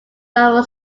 nova